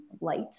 light